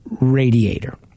radiator